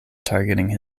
targeting